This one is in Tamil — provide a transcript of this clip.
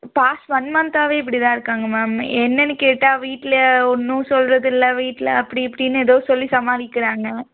பாஸ்ட் ஒன் மந்த்தாகவே இப்படி தான் இருக்காங்க மேம் என்னென்னு கேட்டால் வீட்டில் ஒன்றும் சொல்வது இல்லை வீட்டில் அப்படி இப்படின்னு ஏதோ சொல்லி சமாளிக்கிறாங்க